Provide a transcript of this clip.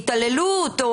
התעללות,